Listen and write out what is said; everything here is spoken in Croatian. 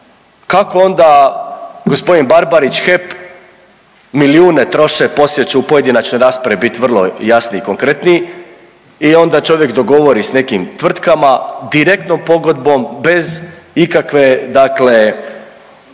kako onda gospodin Barbarić, HEP milijune troše, poslije ću u pojedinačnoj raspravi biti vrlo jasniji i konkretniji i onda čovjek dogovori sa nekim tvrtkama direktnom pogodbom bez ikakve, dakle